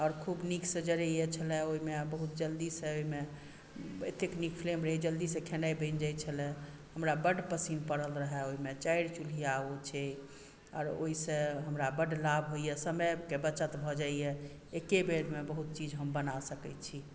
आओर खूब नीकसँ जड़ैय चुल्हा ओहिमे आ बहुत जल्दीसँ ओहिमे एतेक नीक फ्लेम रहै जल्दी सॅं खेनाइ बनि जाइ छलैया हमरा बड्ड पसिन्न पड़ल रहए ओहिमे चारि चुल्हिया ओ छै आओर ओहिसे हमरा बड्ड लाभ होइया समयकेँ बचत भऽ जाइया एकेबेरमे बहुत चीज हम बना सकैत छी